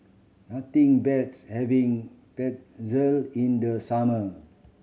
nothing beats having Pretzel in the summer